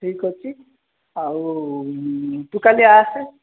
ଠିକ୍ ଅଛି ଆଉ ତୁ କାଲି ଆସେ